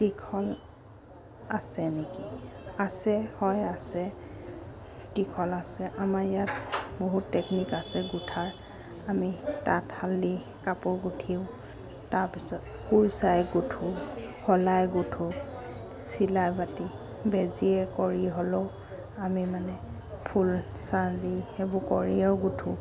আছে নেকি আছে হয় আছে আছে আমাৰ ইয়াত বহুত টেকনিক আছে গোঁঠাৰ আমি তাঁতশালি কাপোৰ গুঠিও তাৰপিছত কোৰ্চাই গুঠোঁ শলাই গুঠোঁ চিলাই বাতি বেজীয়ে কৰি হ'লেও আমি মানে ফুল চালি সেইবোৰ কৰিও গুঠোঁ